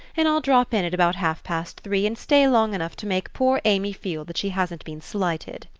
and i'll drop in at about half-past three and stay long enough to make poor amy feel that she hasn't been slighted.